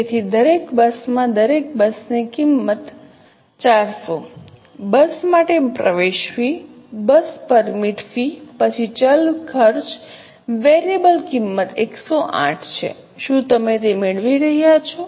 તેથી દરેક બસમાં દરેક બસની કિંમત 400 બસ માટે પ્રવેશ ફી બસ પરમિટ ફી પછી ચલ ખર્ચ વેરિયેબલ કિંમત 108 છે શું તમે મેળવી રહ્યા છો